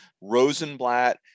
Rosenblatt